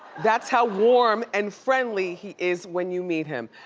that's how warm and friendly he is when you meet him.